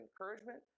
encouragement